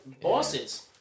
bosses